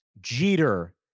Jeter